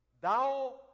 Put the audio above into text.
Thou